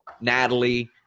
natalie